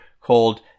called